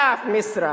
אבל לאף משרד,